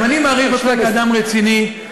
גם אני מעריך אותך כאדם רציני,